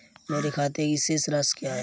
मेरे खाते की शेष राशि क्या है?